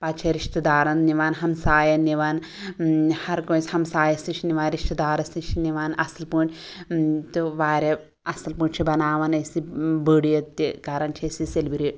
پَتہٕ چھِ رشتہٕ دارَن نِوان ہمساین نِوان ہر کٲنٛسہِ ہمسایَس نِش چھِ نِوان رشتہٕ دارَس نِش چھِ نِوان اصٕل پٲٹھۍ تہٕ واریاہ اصٕل پٲٹھۍ چھِ أسۍ بناوان یہِ بٔڑۍ عیٖد تہِ کَران چھِ أسۍ یہِ سیٚلبرٛیٹ